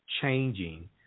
changing